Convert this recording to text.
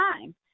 time